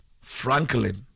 Franklin